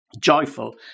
Joyful